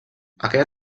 aquella